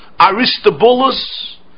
Aristobulus